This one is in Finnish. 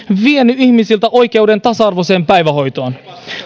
vienyt ihmisiltä oikeuden tasa arvoiseen päivähoitoon